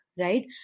right